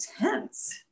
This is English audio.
intense